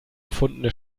erfundene